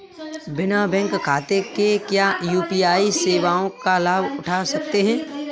बिना बैंक खाते के क्या यू.पी.आई सेवाओं का लाभ उठा सकते हैं?